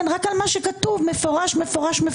תוקפו של חוק בהתקיים כל אלה: (1) נכתב בחוק במפורש שהוא תקף,